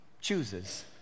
chooses